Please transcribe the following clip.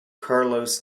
carlos